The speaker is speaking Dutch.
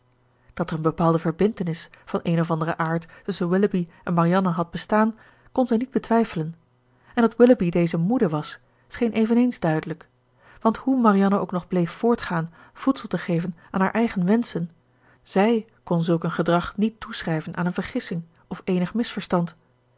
dat er een bepaalde verbintenis van een of anderen aard tusschen willoughby en marianne had bestaan kon zij niet betwijfelen en dat willoughby deze moede was scheen eveneens duidelijk want hoe marianne ook nog bleef voortgaan voedsel te geven aan haar eigen wenschen zij kon zulk een gedrag niet toeschrijven aan een vergissing of eenig misverstand